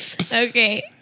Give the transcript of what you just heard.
okay